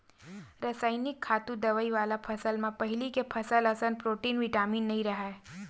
रसइनिक खातू, दवई वाला फसल म पहिली के फसल असन प्रोटीन, बिटामिन नइ राहय